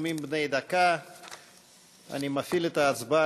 מתן הטבה ללוחמים לבניית בתים בבנייה עצמית